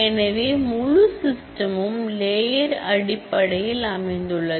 எனவே முழு சிஸ்டமும் லேயர் அடிப்படையில் அமைந்துள்ளது